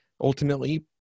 ultimately